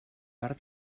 per